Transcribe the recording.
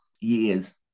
years